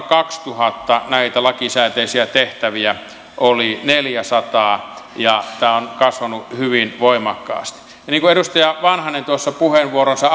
kaksituhatta näitä lakisääteisiä tehtäviä oli neljäsataa ja tämä on kasvanut hyvin voimakkaasti ja niin kuin edustaja vanhanen puheenvuoronsa